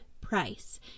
price